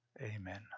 amen